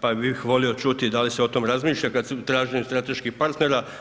pa bih volio čuti da li se o tome razmišlja kada se u traženju strateških partnera.